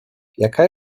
jaka